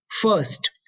first